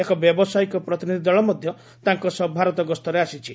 ଏକ ବ୍ୟବସାୟୀକ ପ୍ରତିନିଧି ଦଳ ମଧ୍ୟ ତାଙ୍କ ସହ ଭାରତ ଗସ୍ତରେ ଆସିଛି